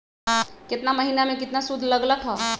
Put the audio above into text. केतना महीना में कितना शुध लग लक ह?